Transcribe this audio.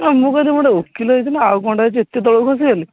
ମୁଁ କହିଲି ମୁଁ ଗୋଟେ ଓକିଲ ହେଇଛି ନା ଆଉ କ'ଣଟା ହେଇଛି ଏତେ ତଳକୁ ଖସିଗଲି